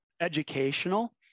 educational